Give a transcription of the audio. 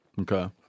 Okay